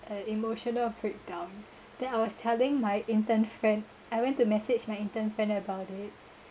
an emotional breakdown then I was telling my intern friend I went to message my intern friend about it